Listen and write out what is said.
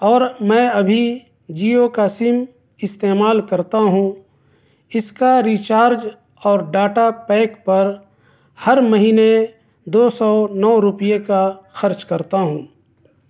اور میں ابھی جیو کا سم استعمال کرتا ہوں اس کا ریچارج اور ڈاٹا پیک پر ہر مہینے دو سو نو روپیے کا خرچ کرتا ہوں